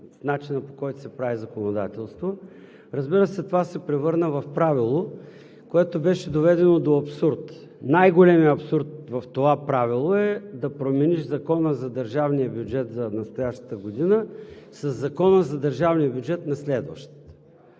начина, по който се прави законодателство. Това се превърна в правило, което беше доведено до абсурд. Най-големият абсурд в това правило е да промениш Закона за държавния бюджет за настоящата година със Закона за държавния бюджет на следващата.